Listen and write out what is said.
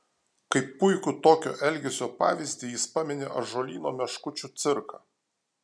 kaip puikų tokio elgesio pavyzdį jis pamini ąžuolyno meškučių cirką